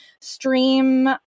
stream